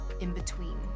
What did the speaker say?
in-between